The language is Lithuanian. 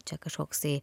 čia kažkoksai